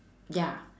ya